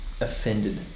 offended